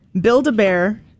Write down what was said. Build-A-Bear